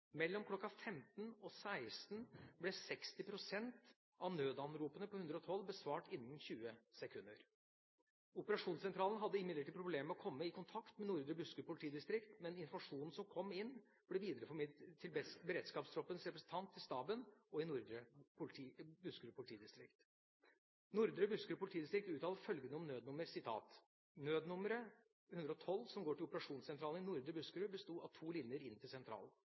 Mellom kl. 15.00 og 16.00 ble 60 pst. av nødanropene på 112 besvart innen 20 sekunder. Operasjonssentralen hadde imidlertid problemer med å komme i kontakt med Nordre Buskerud politidistrikt, men informasjonen som kom inn, ble videreformidlet til beredskapstroppens representant i staben i Nordre Buskerud politidistrikt. Nordre Buskerud politidistrikt uttaler følgende om nødnummer: «Nødnummeret – 112 som går til operasjonssentralen i Nordre Buskerud bestod av 2 linjer inn til sentralen.